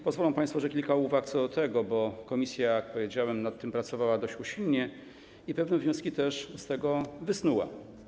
Pozwolą państwo, że wygłoszę kilka uwag co do tego, bo komisja - jak powiedziałem - nad tym pracowała dość usilnie i pewne wnioski też z tego wysnuła.